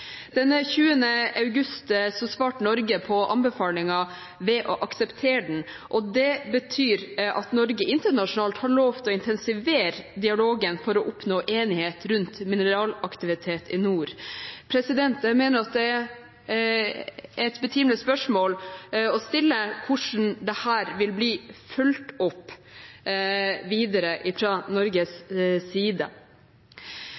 Den 20. august svarte Norge på anbefalingen ved å akseptere den, og det betyr at Norge internasjonalt har lovt å intensivere dialogen for å oppnå enighet om mineralaktivitet i nord. Jeg mener det er et betimelig spørsmål å stille hvordan dette vil bli fulgt opp videre fra Norges